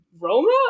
Roma